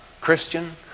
Christian